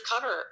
cover